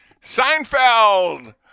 Seinfeld